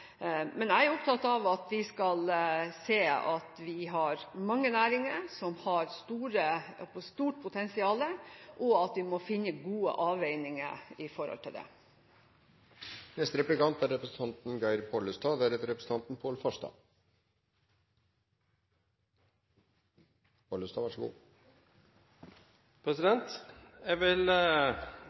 Men jeg er opptatt av at vi skal se at vi har mange næringer som har stort potensial, og at vi må finne gode avveininger her. Jeg vil